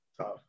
tough